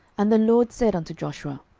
and the lord said unto joshua,